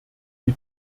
die